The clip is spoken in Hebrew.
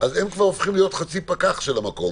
אז הם כבר הופכים להיות חצי פקח של המקום,